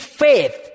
faith